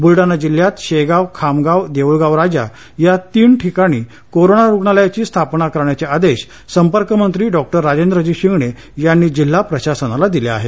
बुलडाणा जिल्ह्यात शेगाव खामगाव देऊळगावराजा या तीन ठिकाणी कोरोना रुग्णालयाची स्थापना करण्याचे आदेश संपर्कमंत्री डॉ राजेंद्रजी शिंगणे यांनी जिल्हा प्रशासनाला दिले आहे